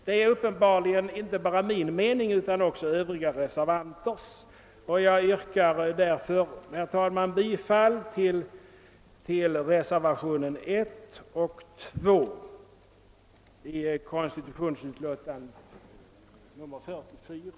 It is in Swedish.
Det är uppenbarligen inte bara min mening utan också övriga reservanters, och jag yrkar därför, herr talman, bifall till reservationerna 1 och 2 vid konstitutionsutskottets utlåtande nr 44,